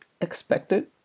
expected